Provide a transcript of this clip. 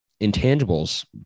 intangibles